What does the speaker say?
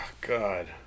God